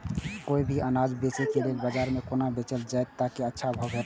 कोय भी अनाज के बेचै के लेल बाजार में कोना बेचल जाएत ताकि अच्छा भाव भेटत?